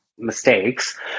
mistakes